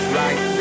right